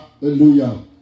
Hallelujah